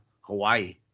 Hawaii